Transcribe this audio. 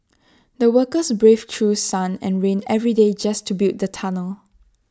the workers braved through sun and rain every day just to build the tunnel